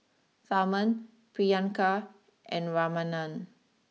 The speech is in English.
Tharman Priyanka and Ramanand